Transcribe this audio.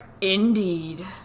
Indeed